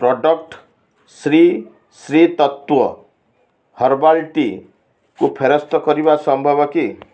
product Shri Shri Tattva herbal tea କୁ ଫେରସ୍ତ କରିବା ସମ୍ଭବ କି